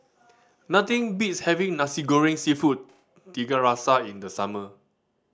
nothing beats having Nasi Goreng Seafood Tiga Rasa in the summer